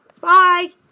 Bye